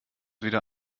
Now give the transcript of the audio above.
wieder